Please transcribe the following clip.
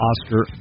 Oscar